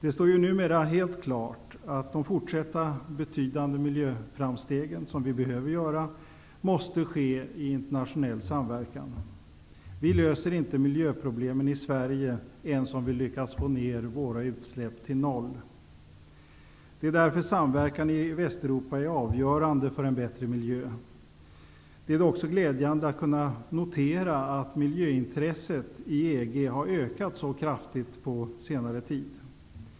Det står numera helt klart att de fortsatta betydande miljöframsteg, som vi behöver göra, måste ske i internationell samverkan. Vi löser inte miljöproblemen i Sverige ens om vi lyckas få ner våra utsläpp till noll. Det är därför samverkan i Västeuropa är avgörande för en bättre miljö. Det är också glädjande att kunna notera att miljöintresset i EG under senare tid har ökat så kraftigt.